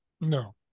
No